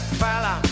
fella